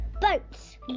boats